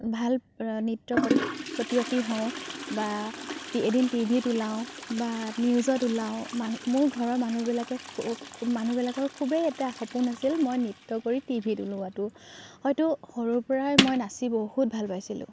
ভাল নৃত্য পতিয়সী হওঁ বা এদিন টিভিত ওলাওঁ বা নিউজত ওলাওঁ মানু মোৰ ঘৰৰ মানুহবিলাকে মানুহবিলাকৰ খুবেই এটা সপোন আছিল মই নৃত্য কৰি টিভিত ওলোৱাতো হয়তো সৰুৰ পৰাই মই নাচি বহুত ভাল পাইছিলোঁ